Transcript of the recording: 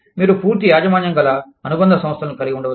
మీరు పూర్తి యాజమాన్యంగల అనుబంధ సంస్థలను కలిగి ఉండవచ్చు